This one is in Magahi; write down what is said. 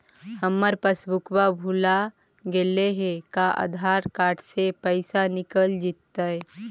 हमर पासबुक भुला गेले हे का आधार कार्ड से पैसा निकल जितै?